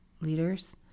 leaders